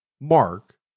Mark